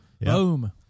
Boom